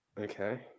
Okay